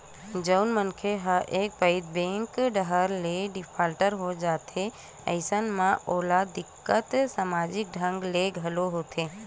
जउन मनखे ह एक पइत बेंक डाहर ले डिफाल्टर हो जाथे अइसन म ओला दिक्कत समाजिक ढंग ले घलो होथे